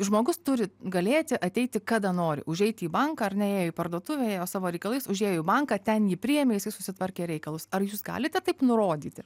žmogus turi galėti ateiti kada nori užeiti į banką ar ne ėjo į parduotuvę ėjo savo reikalais užėjo į banką ten jį priėmė jisai susitvarkė reikalus ar jūs galite taip nurodyti